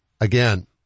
again